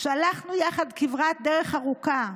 שהלכנו יחד כברת דרך ארוכה,